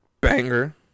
banger